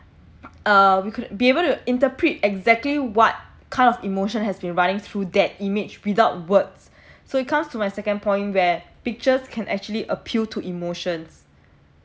uh we could be able to interpret exactly what kind of emotion has been running through that image without words so it comes to my second point where pictures can actually appeal to emotions